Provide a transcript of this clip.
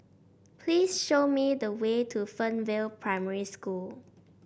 please show me the way to Fernvale Primary School